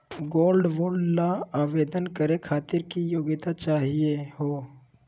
Gold bond ल आवेदन करे खातीर की योग्यता चाहियो हो?